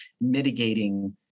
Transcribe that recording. mitigating